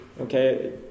okay